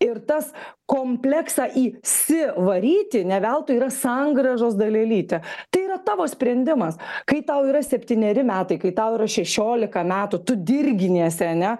ir tas kompleksą į si varyti ne veltui yra sangrąžos dalelytė tai yra tavo sprendimas kai tau yra septyneri metai kai tau yra šešiolika metų tu dirginiesi ane